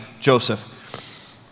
Joseph